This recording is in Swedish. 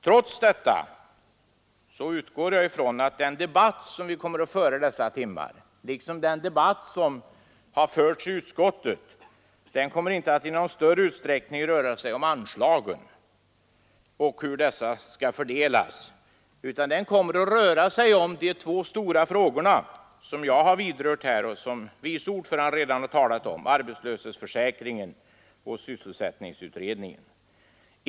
Trots detta utgår jag ifrån att den debatt som vi kommer att föra under dessa timmar — liksom den debatt som har förts i utskottet — inte i någon större utsträckning kommer att röra sig om anslagen och hur dessa skall fördelas. Den kommer att röra sig om de två stora frågor som jag har vidrört här och som vice ordföranden redan har talat om — arbetslöshetsförsäkringen och sysselsättningsutredningen.